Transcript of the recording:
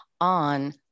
on